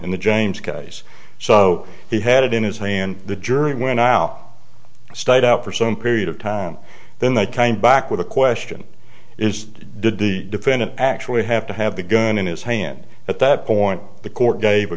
in the james case so he had it in his hand the jury went out stayed out for some period of time then that kind back with the question is did the defendant actually have to have the gun in his hand at that point the court gave a